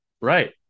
right